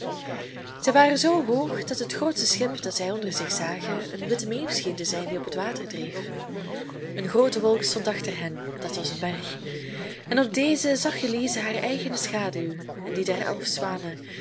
zij waren zoo hoog dat het grootste schip dat zij onder zich zagen een witte meeuw scheen te zijn die op het water dreef een groote wolk stond achter hen dat was een berg en op dezen zag elize haar eigene schaduw en die der elf zwanen